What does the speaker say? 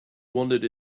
wondered